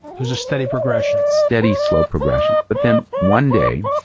it was a steady progression. steady, slow progression. but then one day,